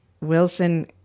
Wilson